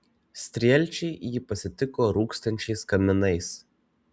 strielčiai jį pasitiko rūkstančiais kaminais